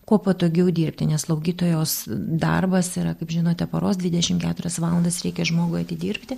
kuo patogiau dirbti nes slaugytojos darbas yra kaip žinote paros dvidešim keturias valandas reikia žmogui atidirbti